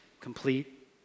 Complete